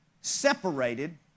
separated